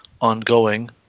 ongoing